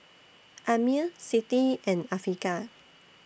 Ammir Siti and Afiqah